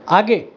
आगे